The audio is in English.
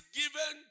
given